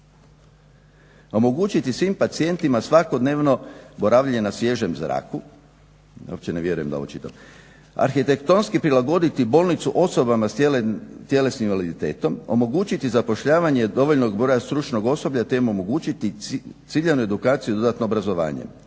Omogućiti svim pacijentima svakodnevno boravljenje na sviježem zraku, opće ne vjerujem da ovo čitam, arhitektonski prilagoditi bolnicu osobama s tjelesnim invaliditetom, omogućiti zapošljavanje dovoljnog broja stručnog osoblja, te im omogućiti ciljanu edukaciju i dodatno obrazovanje.